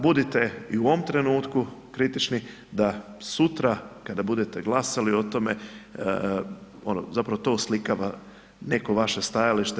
Budite i u ovom trenutku kritični, da sutra kada budete glasali o tome, ono zapravo to oslikava neko vaše stajalište.